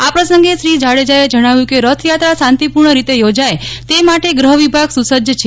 આ પ્રસંગે શ્રી જાડેજાએ જણાવ્યું કે રથયાત્રા શાંતિપુર્ણ રીતે યોજાય તે માટે ગૃહ વિભાગ સુસજજ છે